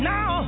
Now